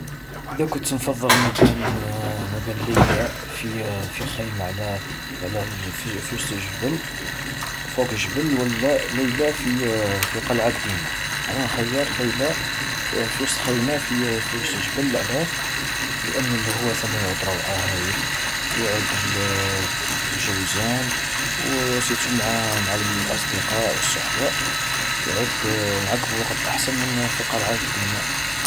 إذا كنت نفضل مابين ليلة في في خيمة على ال-في وست الجبل فوق الجبل ولا ليلة في في قلعة قديمة. أنا نخيّر ليلة ف-في وست خيمة في في وست الجبل. علاه، لأنو الهوا ثمة يعود روعة هايل، ويعود الجو زين، وسيرتو مع مع الأصدقاء والصحبة، يعود نعقبو وقت أحسن من في قلعة قديمة.